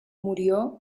murió